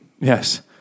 Yes